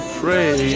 pray